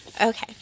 Okay